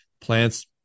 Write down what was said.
plants